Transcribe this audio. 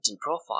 profile